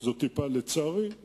לצערי,